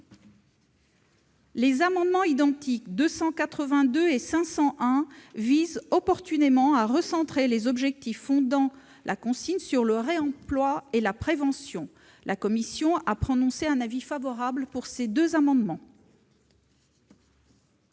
Les amendements identiques n 282 rectifié et 501 rectifié visent opportunément à recentrer les objectifs fondant la consigne sur le réemploi et la prévention. La commission a émis un avis favorable sur ces deux amendements.